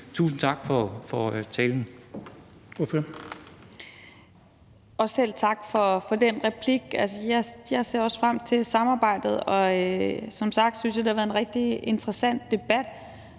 tusind tak for det